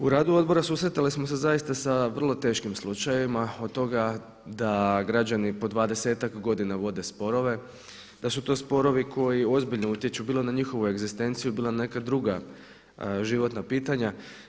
U radu odbora susreti smo se zaista sa vrlo teškim slučajevima, od toga da građani po dvadesetak godina vode sporove, da su to sporovi koji ozbiljno utječu bilo na njihovu egzistenciju, bilo na neka druga životna pitanja.